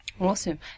Awesome